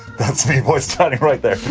that's me voice-chatting right there,